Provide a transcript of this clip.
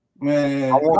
Man